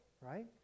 right